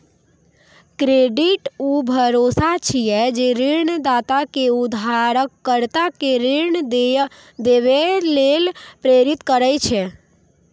credit ऊ भरोसा छियै, जे ऋणदाता कें उधारकर्ता कें ऋण देबय लेल प्रेरित करै छै